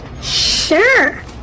Sure